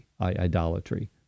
idolatry